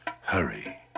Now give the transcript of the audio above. hurry